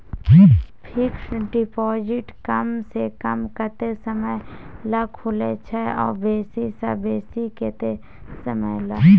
Fixed deposit कम स कम कत्ते समय ल खुले छै आ बेसी स बेसी केत्ते समय ल?